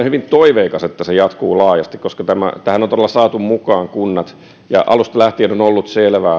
hyvin toiveikas että se jatkuu laajasti koska tähän on todella saatu mukaan kunnat ja alusta lähtien on ollut selvää